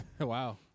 wow